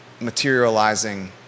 materializing